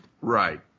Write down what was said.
Right